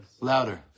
louder